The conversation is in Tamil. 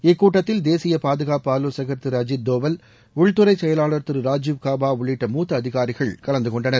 இக்கூட்டத்தில் தேசிய பாதுகாப்பு ஆலோசகர் திரு அஜித் தோவல் உள்துறை செயலாளர் திரு ராஜீவ் காபா உள்ளிட்ட மூத்த அதிகாரிகள் கலந்து கொண்டனர்